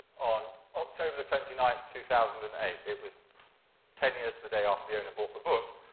on october the twenty ninth, two thousand and eight, it was ten years to the day after the owner bought the book,